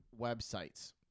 websites